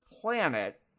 planet